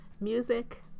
Music